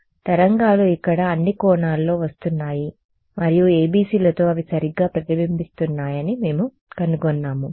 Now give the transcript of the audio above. కాబట్టి తరంగాలు ఇక్కడ అన్ని కోణాల్లో వస్తున్నాయి మరియు ABC లతో అవి సరిగ్గా ప్రతిబింబిస్తున్నాయని మేము కనుగొన్నాము